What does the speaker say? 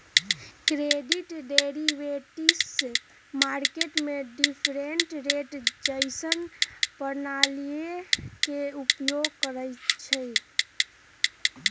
credit derivatives market में difference rate जइसन्न प्रणालीइये के उपयोग करइछिए